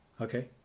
Okay